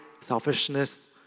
selfishness